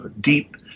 deep